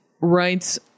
writes